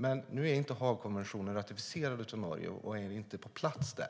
Men Norge har inte ratificerat konventionen - den finns inte på plats där.